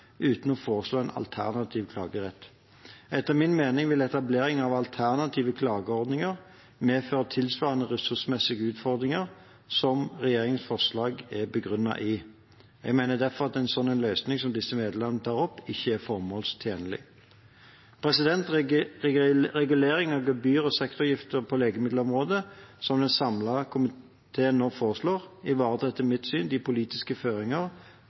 uten å foreslå en alternativ klagerett. Etter min mening vil etablering av alternative klageordninger medføre tilsvarende ressursmessige utfordringer som regjeringens forslag er begrunnet i. Jeg mener derfor at en slik løsning som disse medlemmer tar opp, ikke er formålstjenlig. Regulering av gebyr og sektoravgifter på legemiddelområdet, som en samlet komité nå foreslår, ivaretar etter mitt syn de politiske føringer